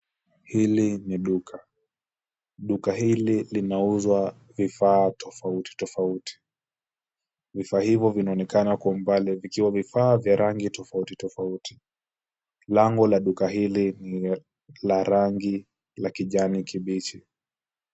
Hili ni duka. Duka hili linauzwa vifaa tofauti tofauti. Vifaa hivyo vinaonekana kwa umbali vikiwa vifaa vya rangi tofauti tofauti. Lango la duka hili ni la rangi ya kijani kibichi.